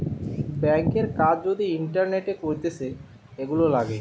ব্যাংকের কাজ যদি ইন্টারনেটে করতিছে, এগুলা লাগে